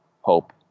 hope